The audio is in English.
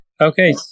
Okay